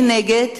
מי נגד?